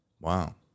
Wow